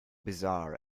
bizarre